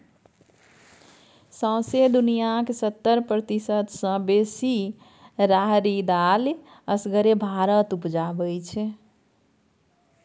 सौंसे दुनियाँक सत्तर प्रतिशत सँ बेसी राहरि दालि असगरे भारत उपजाबै छै